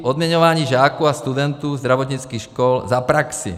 Odměňování žáků a studentů zdravotnických škol za praxi.